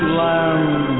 land